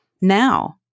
now